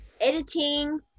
editing